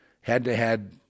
head-to-head